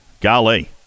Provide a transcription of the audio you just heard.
golly